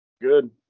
Good